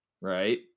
Right